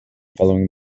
following